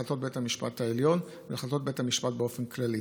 החלטות בית המשפט העליון והחלטות בית המשפט באופן כללי,